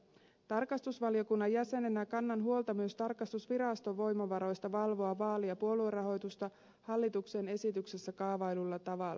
tarkastusvaliokunnan jäsenenä kannan huolta myös tarkastusviraston voimavaroista valvoa vaali ja puoluerahoitusta hallituksen esityksessä kaavaillulla tavalla